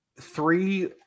three